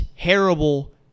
terrible